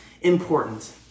important